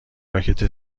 راکت